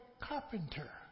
carpenter